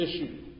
issue